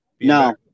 No